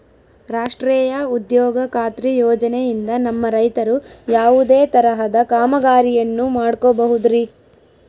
ರಾಷ್ಟ್ರೇಯ ಉದ್ಯೋಗ ಖಾತ್ರಿ ಯೋಜನೆಯಿಂದ ನಮ್ಮ ರೈತರು ಯಾವುದೇ ತರಹದ ಕಾಮಗಾರಿಯನ್ನು ಮಾಡ್ಕೋಬಹುದ್ರಿ?